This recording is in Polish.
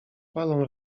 palą